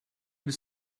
bis